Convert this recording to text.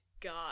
god